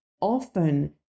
often